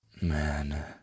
Man